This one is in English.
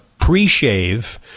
pre-shave